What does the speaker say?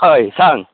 हय सांग